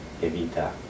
Evita